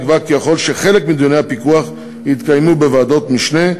נקבע כי יכול להיות שחלק מדיוני הפיקוח יתקיימו בוועדות משנה,